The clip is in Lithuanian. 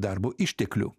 darbo išteklių